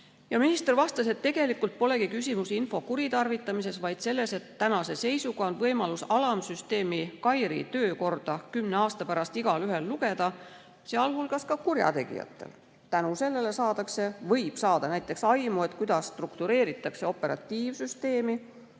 Minister vastas, et tegelikult polegi küsimus info kuritarvitamises, vaid selles, et tänase seisuga on võimalus alamsüsteemi KAIRI töökorda kümne aasta pärast igaühel lugeda, sh kurjategijatel. Tänu sellele võib saada näiteks aimu, kuidas struktureeritakse operatiivsüsteemi,